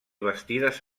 bastides